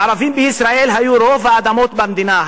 לערבים בישראל היו רוב האדמות במדינה.